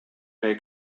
may